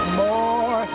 more